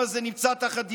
עצרתי לך את השעון.